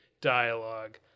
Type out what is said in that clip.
dialogue